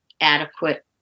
adequate